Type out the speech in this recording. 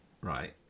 right